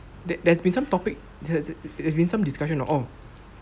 there there has been some topic it's it's there has been some discussion you know oh